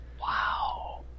Wow